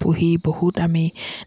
পুহি বহুত আমি